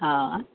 हा